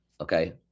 okay